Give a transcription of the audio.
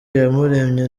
iyamuremye